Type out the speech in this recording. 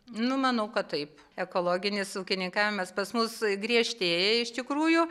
nu manau kad taip ekologinis ūkininkavimas pas mus griežtėja iš tikrųjų